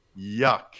Yuck